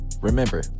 Remember